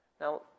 Now